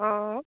অঁ